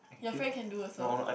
your face can do also